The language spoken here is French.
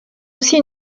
aussi